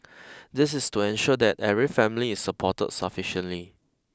this is to ensure that every family is supported sufficiently